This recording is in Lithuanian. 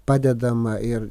padedama ir